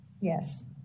Yes